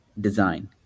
design